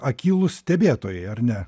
akylūs stebėtojai ar ne